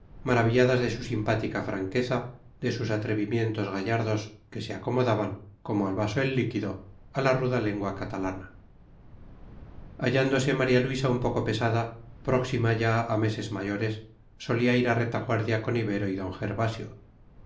maravilladas de su simpática franqueza de sus atrevimientos gallardos que se acomodaban como al vaso el líquido a la ruda lengua catalana hallándose maría luisa un poco pesada próxima ya a meses mayores solía ir a retaguardia con ibero y d gervasio